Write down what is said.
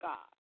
God